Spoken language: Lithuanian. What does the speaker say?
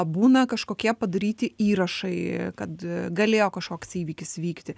būna kažkokie padaryti įrašai kad galėjo kažkoks įvykis vykti